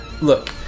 Look